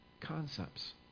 concepts